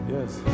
Yes